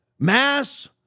mass